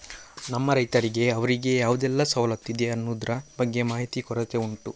ನಮ್ಮ ರೈತರಿಗೆ ಅವ್ರಿಗೆ ಯಾವುದೆಲ್ಲ ಸವಲತ್ತು ಇದೆ ಅನ್ನುದ್ರ ಬಗ್ಗೆ ಮಾಹಿತಿ ಕೊರತೆ ಉಂಟು